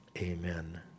Amen